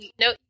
no